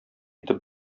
итеп